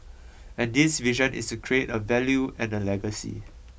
and this vision is to create a value and a legacy